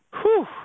Whew